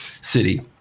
city